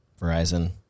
Verizon